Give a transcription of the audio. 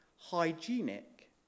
hygienic